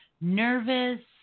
nervous